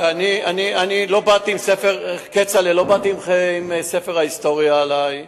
אני לא באתי עם ספר ההיסטוריה עלי,